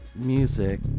music